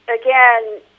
again